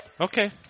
Okay